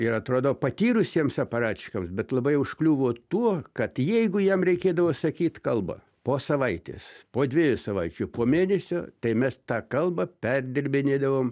ir atrodo patyrusiems aparačikams bet labai užkliuvo tuo kad jeigu jam reikėdavo sakyt kalbą po savaitės po dviejų savaičių po mėnesio tai mes tą kalbą perdirbinėdavom